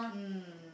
mm